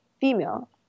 female